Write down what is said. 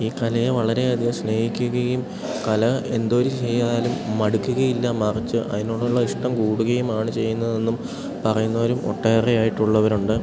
ഈ കലയെ വളരെയധികം സ്നേഹിക്കുകയും കല എന്തൊരു ചെയ്താലും മടുക്കുകയില്ല മറിച്ച് അതിനോടുള്ള ഇഷ്ടം കൂടുകയുമാണ് ചെയ്യുന്നതെന്നും പറയുന്നവരും ഒട്ടേറെയായിട്ടുള്ളവരുണ്ട്